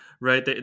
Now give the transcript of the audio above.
right